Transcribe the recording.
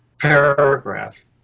paragraph